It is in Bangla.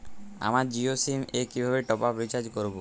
আমার জিও সিম এ কিভাবে টপ আপ রিচার্জ করবো?